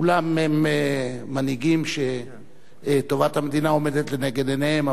כולם הם מנהיגים שטובת המדינה עומדת לנגד עיניהם.